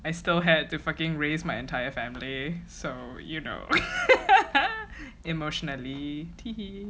I still had to fucking raise my entire family so you know emmotionally teehee